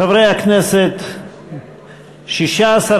חוק הכנסת (תיקון מס' 34), התשע"ג 2013, נתקבל.